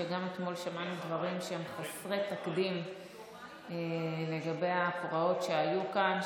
שגם אתמול שמענו דברים שהם חסרי תקדים לגבי הפרעות שהיו כאן,